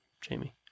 jamie